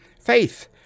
Faith